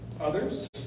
Others